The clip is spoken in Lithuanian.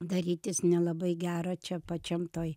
darytis nelabai gera čia pačiam toj